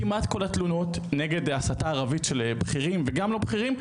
כמעט כל התלונות נגד ההסתה הערבית של בכירים וגם לא בכירים,